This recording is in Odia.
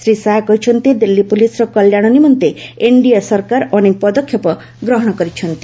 ଶ୍ରୀ ଶାହା କହିଛନ୍ତି ଦିଲ୍ଲୀ ପୋଲିସ୍ର କଲ୍ୟାଣ ନିମନ୍ତେ ଏନ୍ଡିଏ ସରକାର ଅନେକ ପଦକ୍ଷେପ ଗ୍ରହଣ କରିଛନ୍ତି